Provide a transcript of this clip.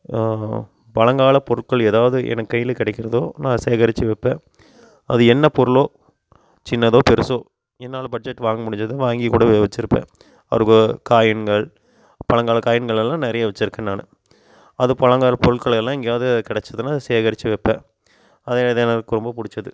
பழங்கால பொருட்கள் ஏதாவது எனக்கு கையில் கிடைக்கிறதோ நான் சேகரித்து வைப்பேன் அது என்ன பொருளோ சின்னதோ பெருசோ என்னால் பட்ஜெட் வாங்க முடிஞ்சதை வாங்கி கூட வச்சுருப்பேன் ஒரு காயின்கள் பழங்கால காயின்களெல்லாம் நிறைய வச்சுருக்கேன் நானு அது பழங்கால பொருட்களெல்லாம் எங்கேயாது கிடச்சிதுன்னா சேகரித்து வைப்பேன் அது எனக்கு ரொம்ப பிடிச்சது